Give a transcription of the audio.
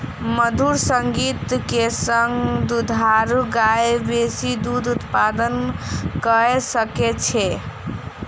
मधुर संगीत के संग दुधारू गाय बेसी दूध उत्पादन कअ सकै छै